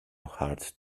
hard